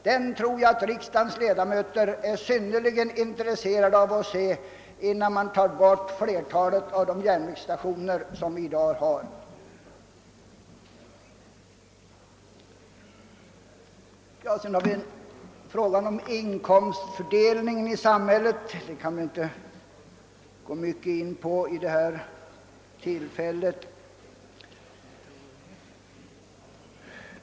Jag tror att riksdagens ledamöter är synnerligen intresserade av att ta del av den, innan man lägger ned flertalet järnvägsstationer. Frågan om inkomstfördelningen i samhället kan jag inte fördjupa mig i vid detta tillfälle.